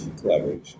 collaboration